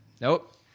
nope